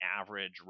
average